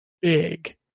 big